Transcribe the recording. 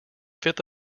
fifth